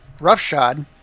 roughshod